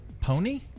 Pony